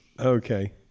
Okay